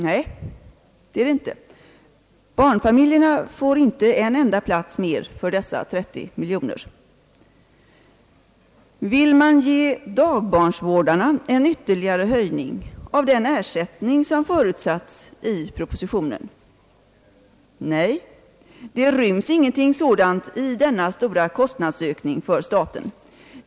Nej, barnfamiljerna får inte en enda plats mer för dessa 30 miljoner. Vill man ge daghemsvårdarna en ytterligare höjning av den ersättning som förutsatts i propositionen? Nej, det ryms ingenting sådant i denna stora kostnadsökning för staten.